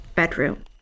bedroom